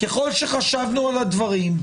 ככל שחשבנו על הדברים,